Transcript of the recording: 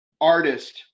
artist